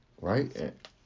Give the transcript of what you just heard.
right